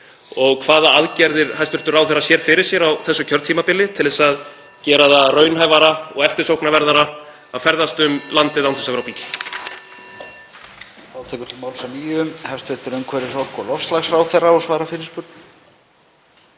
hvaða aðgerðir hæstv. ráðherra sjái fyrir sér á þessu kjörtímabili til þess að gera það raunhæfara og eftirsóknarverðara að ferðast um landið án þess að vera á bíl.